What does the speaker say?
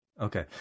okay